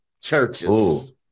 churches